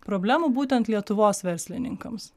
problemų būtent lietuvos verslininkams